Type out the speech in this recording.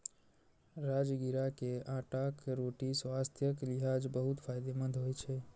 राजगिरा के आटाक रोटी स्वास्थ्यक लिहाज बहुत फायदेमंद होइ छै